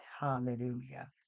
Hallelujah